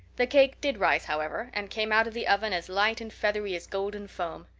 the cake did rise, however, and came out of the oven as light and feathery as golden foam.